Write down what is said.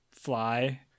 fly